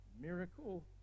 miracle